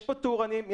יש תאורנים,